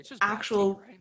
actual